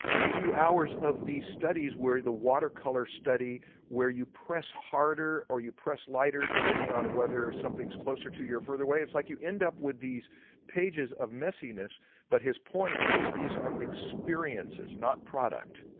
you do hours of these studies where the watercolor study where you press harder or you press lighter depending on whether something's closer to you or further away. it's like you end up with these pages of messiness but his point is these are experiences not product.